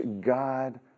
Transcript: God